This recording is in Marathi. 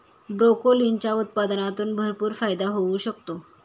ब्रोकोलीच्या उत्पादनातून भरपूर फायदा होऊ शकतो